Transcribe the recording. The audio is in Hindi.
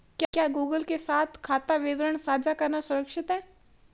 क्या गूगल के साथ खाता विवरण साझा करना सुरक्षित है?